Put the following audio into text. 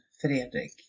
Fredrik